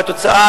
והתוצאה,